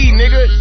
nigga